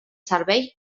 servei